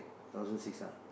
thousand six ah